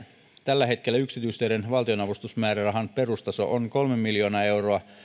tällä hetkellä yksityisteiden valtionavustusmäärärahan perustaso on kolme miljoonaa euroa